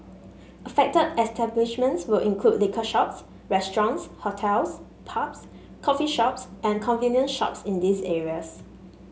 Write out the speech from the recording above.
affected establishments will include liquor shops restaurants hotels pubs coffee shops and convenience shops in these areas